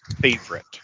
favorite